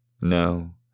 No